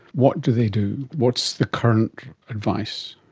what do they do? what's the current advice?